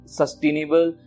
sustainable